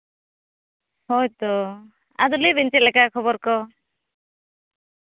ᱦᱳᱭ ᱛᱚ ᱟᱫᱚ ᱞᱟᱹᱭ ᱵᱤᱱ ᱪᱮᱫ ᱞᱮᱠᱟ ᱠᱷᱚᱵᱚᱨ ᱠᱚ